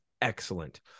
excellent